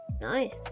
nice